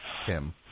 Tim